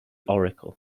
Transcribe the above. oracle